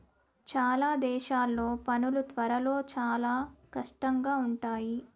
చాలా దేశాల్లో పనులు త్వరలో చాలా కష్టంగా ఉంటాయి